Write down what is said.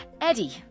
Eddie